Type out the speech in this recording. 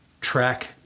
track